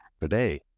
today